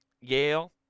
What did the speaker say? Yale